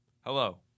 Hello